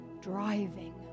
driving